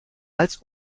als